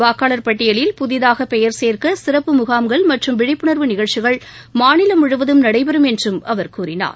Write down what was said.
வாக்காளர் பட்டியலில் புதிதாக பெயர் சேர்க்க சிறப்பு முகாம்கள் மற்றும் விழிப்புணர்வு நிகழ்ச்சிகள் மாநிலம் முழுவதும் நடைபெறும் என்றும் அவர் கூறினார்